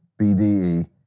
Bde